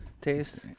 taste